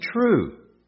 true